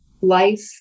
life